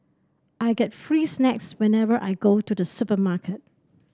I get free snacks whenever I go to the supermarket